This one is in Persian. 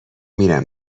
میرم